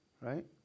Right